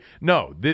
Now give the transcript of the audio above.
no